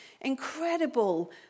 incredible